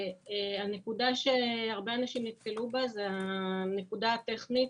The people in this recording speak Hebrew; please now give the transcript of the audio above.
הנקודה שהרבה אנשים נתקלו בה היא הנקודה הטכנית,